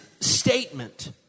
statement